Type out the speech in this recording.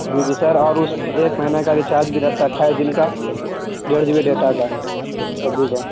جی جی سر اور اس میں ایک مہینہ کا ریچارج بھی رہتا ہے اٹھائیس دن کا ڈیڑھ جی بی ڈیٹا کا ایوری ڈے